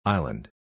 Island